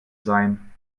sein